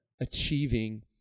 achieving